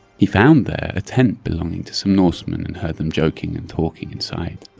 he found there a tent belonging to some norsemen and heard them joking and talking inside.